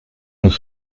nous